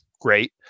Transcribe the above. Great